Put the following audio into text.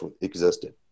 existed